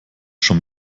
schon